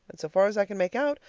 and so far as i can make out,